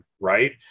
right